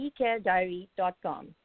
eCareDiary.com